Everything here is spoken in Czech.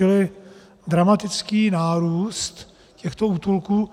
Čili dramatický nárůst těchto útulků.